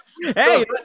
Hey